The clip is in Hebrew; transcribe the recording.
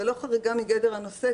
זה לא חריגה מגדר הנושא,